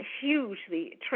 hugely